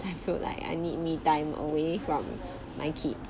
I feel like I need me time away from my kid